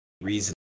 reason